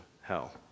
hell